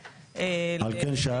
להתמודדות עם אירועי ים --- על כן שאלתי,